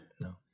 No